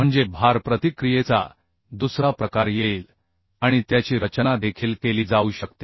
म्हणजे भार प्रतिक्रियेचा दुसरा प्रकार येईल आणि त्याची रचना देखील केली जाऊ शकते